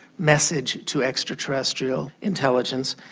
message to extra-terrestrial intelligence,